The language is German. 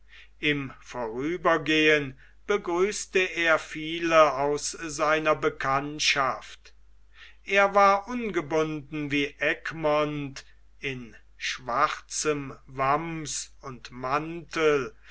im vorübergehen begrüßte er viele aus seiner bekanntschaft er war ungebunden wie egmont in schwarzem wamms und mantel